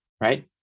right